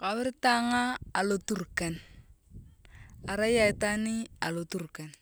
Kauritue ayong aloturkan arai ayong itwaaniiii aloturkan